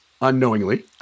unknowingly